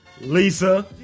Lisa